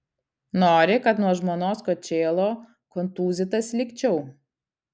nori kad nuo žmonos kočėlo kontūzytas likčiau